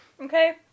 Okay